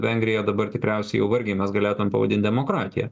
vengriją dabar tikriausiai jau vargiai mes galėtumėm pavadinti demokratija